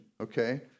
okay